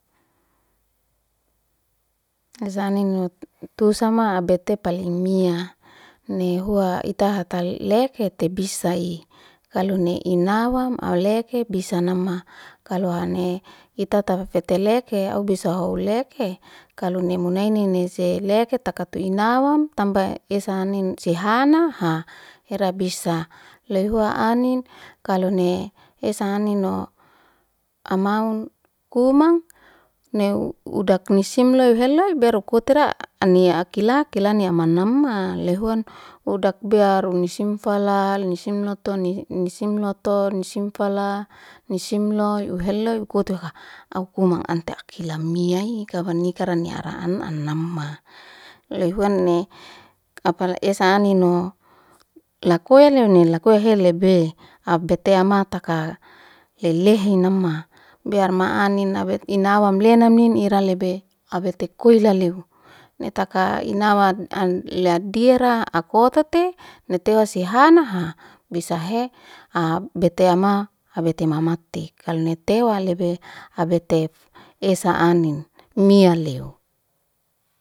Asanino tusama abete palemia, nehua itahata lekete bisai. Kalo ni inawa auleke bisa nama, kalo ane itata feteleke aubisa hauleke. Kalo nimunaine se leketa katuinawam tamba esa anin sihana. Haa hera bisa. Loyhua anin kalo ne esa anino amaun kuma newudak nisimlyo heloy berekutera ania akilakia nia anamama. Loyhuan udak biar unisimfala lisim lotoni nisimfala nisim loy uheloy ukuti ukutiwaka, akuman akanti lai mia ika banikara niara ana anamma. Loy huan ni apalai esa aninno, lakoi ni lako heleube, abdete ama taka lelehan nama. Biar ma anin abate awam lena min ira lebe abatekoi lailehu, netaka inawan an landiara akotate natewa si hana haa, bisa he bete am abate mamte. Kal netewa lebe abetef esa anin mia leo.